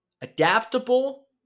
adaptable